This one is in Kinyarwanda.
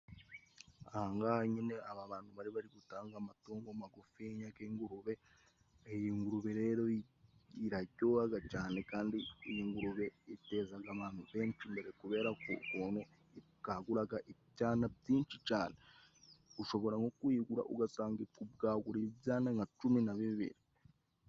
Ahangaha nyine aba bantu bari bari gutanga amatungo magufinya. Ng'ingurube iyi ngurube rero iraryohaga cane. Kandi iyi ngurube itezaga abantu benshi imbere, kubera ukuntu ibwaguraga ibyana byinshi cane. Ushobora nko kuyigura ugasanga ikubwaguriye ibyana nka cumi na bibiri.